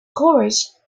courage